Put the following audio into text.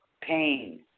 pain